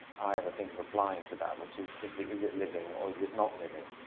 i ever think of applying to that, which is simply, is it living or is it not living?